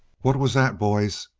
what was that, boys?